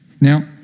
Now